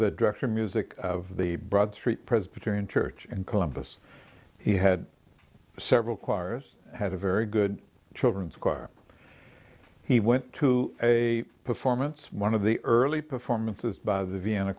the director music of the broad street presbyterian church in columbus he had several choirs have a very good children's choir he went to a performance one of the early performances by the vienna